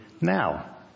now